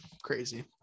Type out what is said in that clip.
crazy